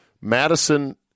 Madison